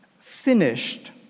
finished